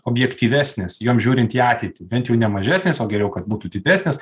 objektyvesnis jog žiūrint į ateitį bent jau ne mažesnis o geriau kad būtų didesnis